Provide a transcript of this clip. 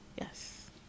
Yes